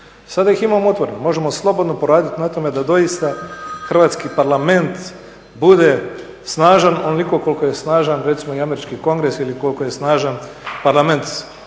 Sada ih imamo otvorene možemo slobodno poraditi na tome da doista Hrvatski parlament bude snažan onoliko koliko je snažan recimo i američki kongres ili koliko je snažan Parlament